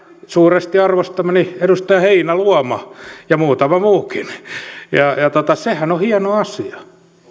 suuresti arvostamani edustaja heinäluoma ja muutama muukin sehän on hieno asia